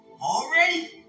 Already